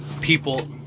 people